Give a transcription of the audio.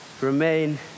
remain